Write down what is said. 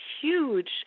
huge